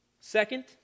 Second